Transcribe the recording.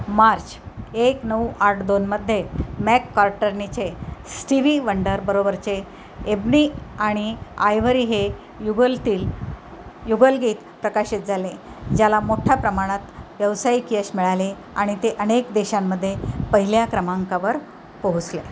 मार्च एक नऊ आठ दोनमध्ये मॅककॉर्टरनीचे स्टीव्ही वंडरबरोबरचे एबणी आणि आयव्हरी हे युगलतील युगलगीत प्रकाशित झाले ज्याला मोठ्ठ्या प्रमाणात व्यावसायिक यश मिळाले आणि ते अनेक देशांमध्ये पहिल्या क्रमांकावर पोहचले